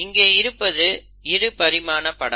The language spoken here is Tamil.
இங்கே இருப்பது இரு பரிமாண படம்